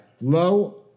low